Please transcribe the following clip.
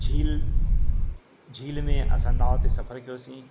झील झील में असां नाउ ते सफ़र कयोसीं